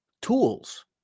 tools